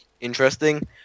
Interesting